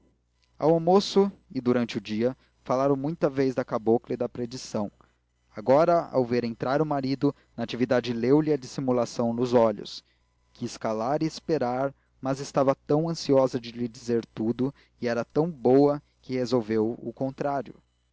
ao almoço e durante o dia falaram muita vez da cabocla e da predição agora ao ver entrar o marido natividade leu lhe a dissimulação nos olhos quis calar e esperar mas estava tão ansiosa de lhe dizer tudo e era tão boa que resolveu o contrário